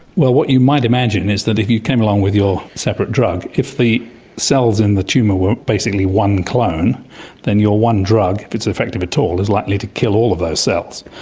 well, what you might imagine is that if you came along with your separate drug, if the cells in the tumour were basically one clone then your one drug, if it's effective at all, is likely to kill all of those cells.